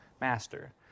master